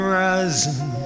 rising